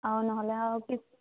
আৰু নহ'লে আৰু কি